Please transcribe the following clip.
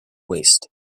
waste